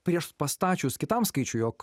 prieš pastačius kitam skaičiui jog